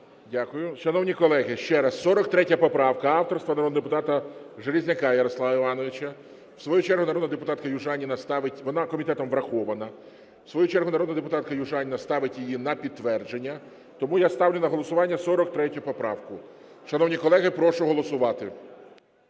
Дякую. Шановні колеги, ще раз 43 поправка авторства народного депутата Железняка Ярослава Івановича. В свою чергу народна депутатка Южаніна ставить… Вона комітетом врахована. В свою чергу народна депутатка Южаніна ставить її на підтвердження, тому я ставлю на голосування 43 поправку. Шановні колеги, прошу голосувати.